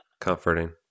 comforting